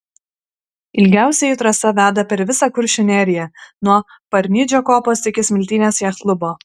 ilgiausioji trasa veda per visą kuršių neriją nuo parnidžio kopos iki smiltynės jachtklubo